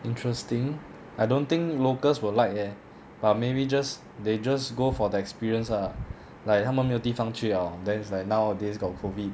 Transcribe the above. interesting I don't think locals will like eh but maybe just they just go for the experience ah like 他们没有地方去了 then is like nowadays got COVID